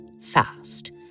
fast